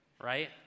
right